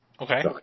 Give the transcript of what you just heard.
Okay